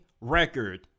record